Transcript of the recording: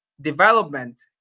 development